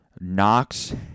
Knox